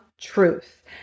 truth